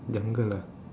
jungle ah